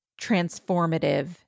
transformative